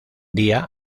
día